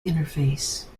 interface